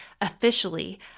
officially